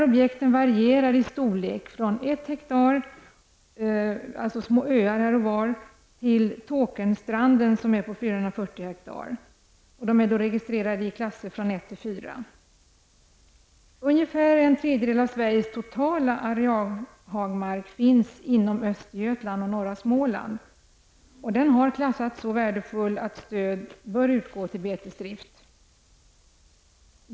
Objekten varierar i storlek från 1 hektar, dvs. små öar här och var, upp till Tåkernstranden, som är på 440 hektar. De är registrerade i klasser från 1 till 4. Ungefär en tredjedel av Sveriges totala arealhagmark finns inom Östergötland och norra Småland. Den har klassats som så värdefull att stöd bör utgå för betesdrift.